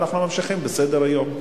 ואנחנו ממשיכים בסדר-היום.